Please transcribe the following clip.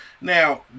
Now